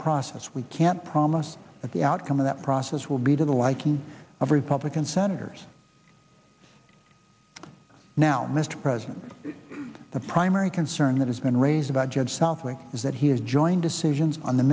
process we can't promise that the outcome of that process will be to the liking of republican senators now mr president the primary concern that has been raised about jeb southwick is that he has joined decisions on the